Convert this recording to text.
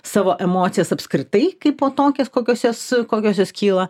savo emocijas apskritai kaipo tokias kokios jos kokios jos kyla